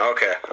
Okay